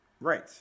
Right